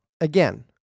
Again